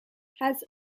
has